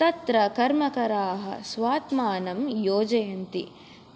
तत्र कर्मकराः स्वात्मानं योजयन्ति